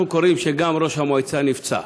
אנחנו קוראים שסגן ראש המועצה נפצע,